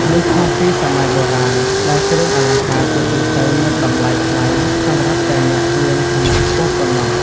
នេះខុសពីសម័យបុរាណដែលគ្រឿងអលង្ការជាទូទៅមានតម្លៃថ្លៃសម្រាប់តែអ្នកមានឋានៈខ្ពស់ប៉ុណ្ណោះ។